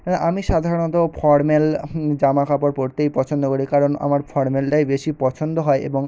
হ্যাঁ আমি সাধারণত ফর্ম্যাল জামা কাপড় পরতেই পছন্দ করি কারণ আমার ফর্ম্যালটাই বেশি পছন্দ হয় এবং